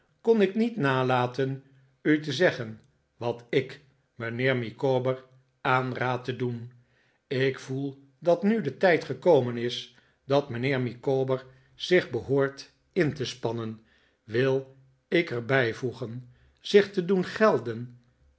kon ik niet nalaten u te zeggen wat i k mijnheer micawber aanraad te doen ik voel dat nu de tijd gekomen is dat mijnheer micawber zich behoort in te spannen wil ik er bijvoegen zich te doen gelden